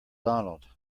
donald